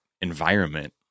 environment